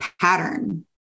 pattern